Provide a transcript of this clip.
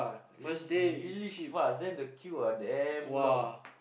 real really fast then the queue ah damn long